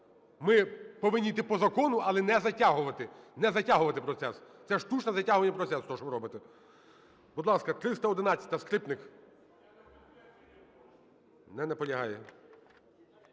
Ми повинні йти по закону, але не затягувати. Не затягувати процес. Це штучне затягування процесу, те, що ви робите. Будь ласка, 311-а, Скрипник. Не наполягає.